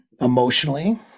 emotionally